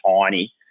tiny